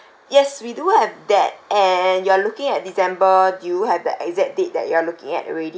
yes we do have that and you are looking at december do you have the exact date that you are looking at already